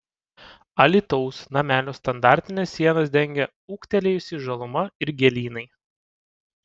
alytaus namelio standartines sienas dengia ūgtelėjusi žaluma ir gėlynai